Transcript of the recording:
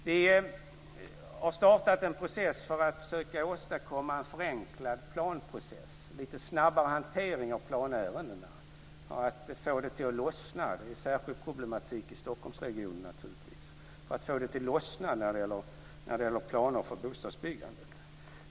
Vi har startat en process för att försöka åstadkomma en förenklad planprocess, lite snabbare hantering av planärendena, för att få det att lossna - det är naturligtvis en särskild problematik i Stockholmsregionen - när det gäller planer för bostadsbyggandet.